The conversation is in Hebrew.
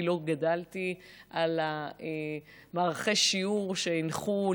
כי לא גדלתי על מערכי שיעור שהנחו,